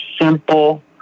simple